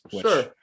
sure